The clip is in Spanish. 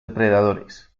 depredadores